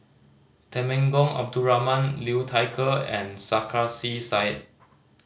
Temenggong Abdul Rahman Liu Thai Ker and Sarkasi Said